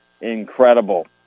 Incredible